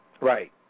Right